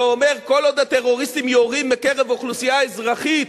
ואומר: כל עוד הטרוריסטים יורים מקרב אוכלוסייה אזרחית